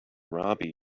robbie